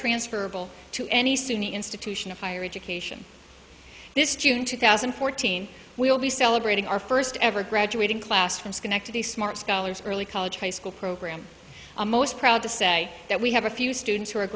transferable to any suny institution of higher education this june two thousand and fourteen we'll be celebrating our first ever graduating class from schenectady smart scholars early college high school program i'm most proud to say that we have a few students who are